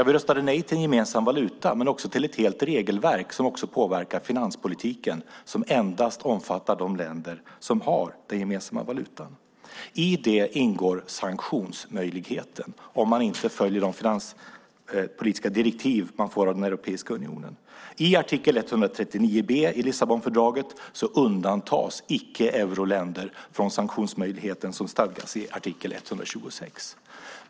Vi röstade nej till en gemensam valuta men också till ett helt regelverk som också påverkar finanspolitiken och som endast omfattar de länder som har den gemensamma valutan. I det ingår sanktionsmöjligheten om man inte följer de finanspolitiska direktiv man får av Europeiska unionen. I artikel 139b i Lissabonfördraget undandras icke-euroländer från den sanktionsmöjlighet som stadgas i artikel 126.